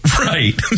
Right